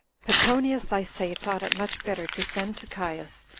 petronius, i say, thought it much better to send to caius,